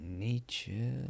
Nietzsche